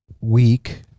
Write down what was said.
week